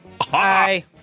hi